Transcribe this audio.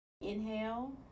inhale